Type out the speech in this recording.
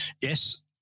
Yes